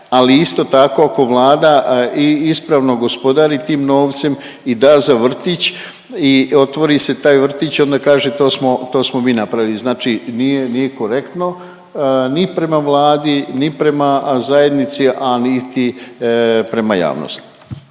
ali isto tako ko Vlada i ispravno gospodari tim novcem i da za vrtić i otvori se taj vrtić, onda kaže to smo, to smo mi napravili. Znači nije, nije korektno ni prema Vladi ni prema zajednici, a niti prema javnosti.